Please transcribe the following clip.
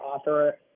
author